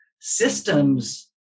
systems